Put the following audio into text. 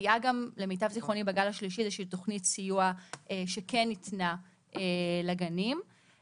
הייתה תוכנית סיוע שניתנה לגנים במהלך הגל השלישי של הקורונה.